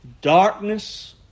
Darkness